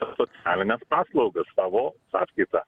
socialines paslaugas savo sąskaita